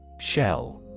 Shell